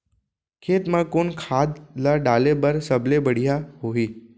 खेत म कोन खाद ला डाले बर सबले बढ़िया होही?